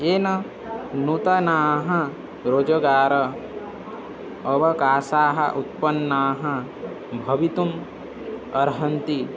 येन नूतनाः रोजगार अवकाशाः उत्पन्नाः भवितुम् अर्हन्ति